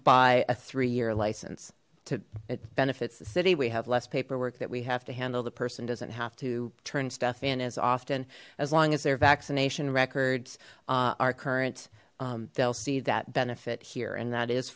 buy a three year license it benefits the city we have less paperwork that we have to handle the person doesn't have to turn stuff in as often as long as their vaccination records our current they'll see that benefit here and that is